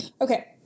Okay